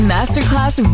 Masterclass